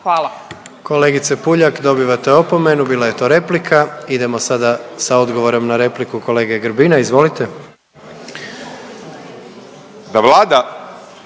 (HDZ)** Kolegice Puljak, dobivate opomenu, bila je to replika. Idemo sada sa odgovorom na repliku kolege Grbina, izvolite. **Grbin,